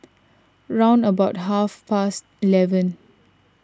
round about half past eleven